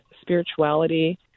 spirituality